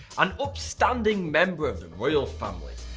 an upstanding member of the royal family.